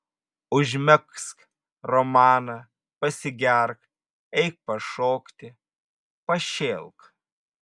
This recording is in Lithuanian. užmegzk romaną pasigerk eik pašokti pašėlk